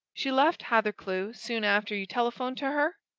she left hathercleugh soon after you telephoned to her?